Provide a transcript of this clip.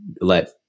let